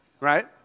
Right